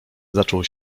zaczął